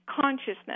consciousness